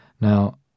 Now